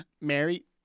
Mary